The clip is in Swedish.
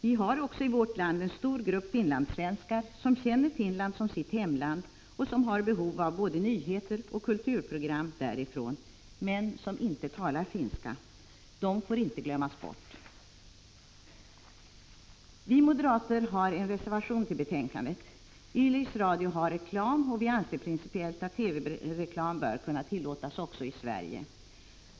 Vi har också i vårt land en stor grupp finlandssvenskar som känner Finland som sitt hemland och som har behov av både nyheter och kulturprogram därifrån — men som inte talar finska. De får inte glömmas bort. Vi moderater har en reservation till betänkandet. Yleisradio har reklam, och vi anser principiellt att TV-reklam bör tillåtas också i Sverige.